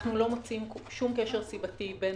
אנחנו לא מוצאים שום קשר סיבתי בין